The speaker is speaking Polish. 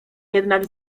jednak